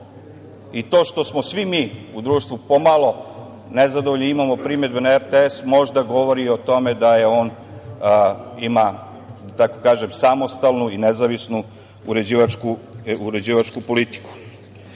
i to što smo svi mi u društvu pomalo nezadovoljni imamo primedbe na RTS, možda govori i o tome da je on, ima, da tako kažem, samostalnu i nezavisnu uređivačku politiku. Ono